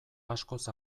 askoz